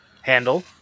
handle